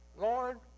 Lord